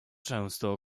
często